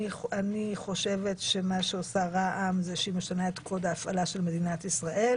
אני לא חושב שהתשובה הזאת היא תשובה רלוונטית לעניין של הצעה דחופה